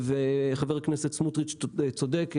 חבר הכנסת סמוטריץ' צודק.